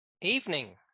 evening